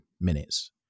minutes